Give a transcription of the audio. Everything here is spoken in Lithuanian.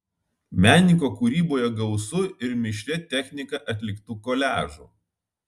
menininko kūryboje gausu ir mišria technika atliktų koliažų